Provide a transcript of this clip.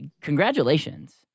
congratulations